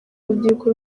urubyiruko